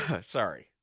Sorry